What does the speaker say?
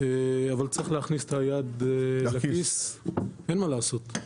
אבל צריך להכניס את היד לכיס, אין מה לעשות.